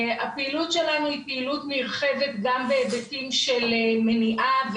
הפעילות שלנו היא פעילות נרחבת גם בהיבטים של מניעה,